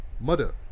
Mother